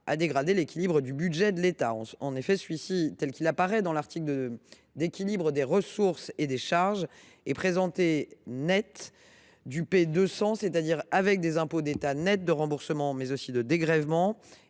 à dégrader l’équilibre du budget de l’État. En effet, celui ci, tel qu’il apparaît dans l’article d’équilibre des ressources et des charges, est présenté net du programme 200, c’est à dire avec des impôts d’État nets de remboursements et dégrèvements